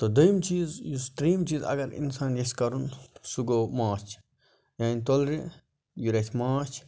تہٕ دوٚیِم چیٖز یُس تریٚیِم چیٖز اگر اِنسان ییٚژھِ کَرُن سُہ گوٚو ماچھ یعنی تُلرِ یورٕ آسہِ ماچھ